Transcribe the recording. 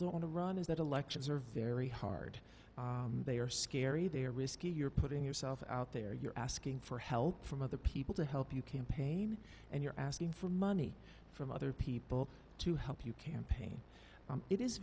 don't want to run is that elections are very hard they are scary they are risky you're putting yourself out there you're asking for help from other people to help you campaign and you're asking for money from other people to help you campaign it is